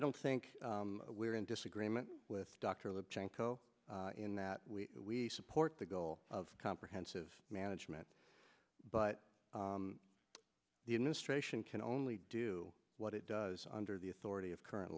don't think we're in disagreement with dr lubchenco in that we support the goal of comprehensive management but the administration can only do what it does under the authority of current